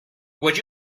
would